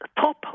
top